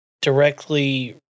directly